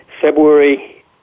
February